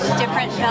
different